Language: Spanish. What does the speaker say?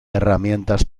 herramientas